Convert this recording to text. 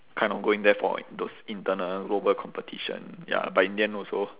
kind of going there for like those internal global competition ya but in the end also